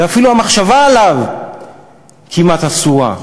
ואפילו המחשבה עליו כמעט אסורה.